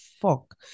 fuck